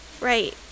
right